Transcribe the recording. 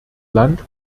land